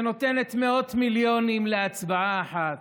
שנותנת מאות מיליונים להצבעה אחת,